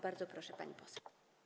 Bardzo proszę, pani poseł.